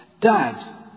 Dad